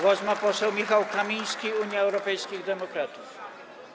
Głos ma poseł Michał Kamiński, Unia Europejskich Demokratów.